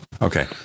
Okay